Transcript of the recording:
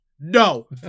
no